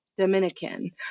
Dominican